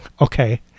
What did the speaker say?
Okay